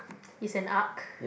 is an arc